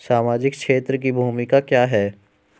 सामाजिक क्षेत्र की भूमिका क्या है?